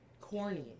corny